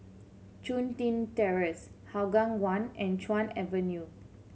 Chun Tin Terrace Hougang One and Chuan View